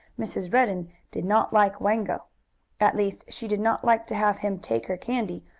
mrs. redden did not like wango at least she did not like to have him take her candy,